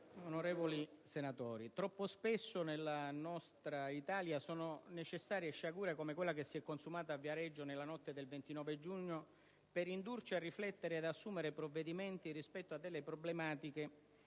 onorevoli senatori, troppo spesso nella nostra Italia sono necessarie sciagure come quella che si è consumata a Viareggio nella notte del 29 giugno per indurci a riflettere e ad assumere provvedimenti rispetto a problematiche